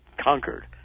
conquered